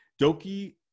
Doki